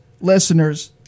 listeners